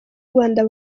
rwanda